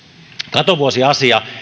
katovuosiasia